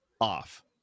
off